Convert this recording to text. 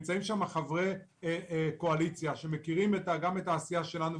נמצאים חברי קואליציה שמכירים את מה שהיה בעבר,